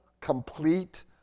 complete